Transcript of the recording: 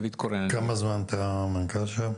כמה זמן אתה מנכ"ל שם?